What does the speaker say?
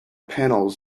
panels